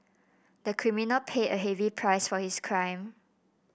the criminal paid a heavy price for his crime